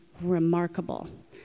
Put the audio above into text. remarkable